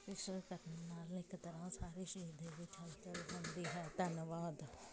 ਇਸ ਨੂੰ ਕਰਨ ਨਾਲ ਇੱਕ ਤਰ੍ਹਾਂ ਸਾਰੇ ਸਰੀਰ ਦੇ ਵਿੱਚ ਹਲਚਲ ਹੁੰਦੀ ਹੈ ਧੰਨਵਾਦ